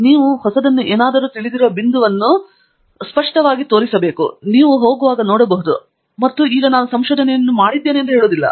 ಆದ್ದರಿಂದ ನೀವು ಹೊಸದನ್ನು ಏನಾದರೂ ತಿಳಿದಿರುವ ಬಿಂದುವನ್ನು ಅತ್ಯುತ್ಕೃಷ್ಟವಾಗಿ ತೋರಿಸುತ್ತದೆ ನೀವು ಹೋಗುವಾಗ ನೋಡಬಹುದು ಮತ್ತು ಈಗ ನಾನು ಸಂಶೋಧನೆಯನ್ನು ಮಾಡಿದ್ದೇನೆ ಎಂದು ಹೇಳುವುದಿಲ್ಲ